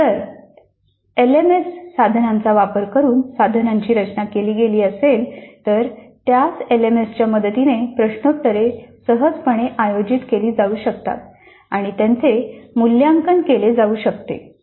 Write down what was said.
जर एलएमएसच्या साधनांचा वापर करून साधनांची रचना केली गेली असेल तर त्याच एलएमएसच्या मदतीने प्रश्नोत्तरे सहजपणे आयोजित केली जाऊ शकतात आणि त्यांचे मूल्यांकन केले जाऊ शकते